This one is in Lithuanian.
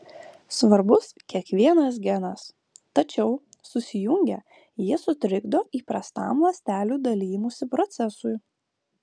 svarbus kiekvienas genas tačiau susijungę jie sutrikdo įprastam ląstelių dalijimosi procesui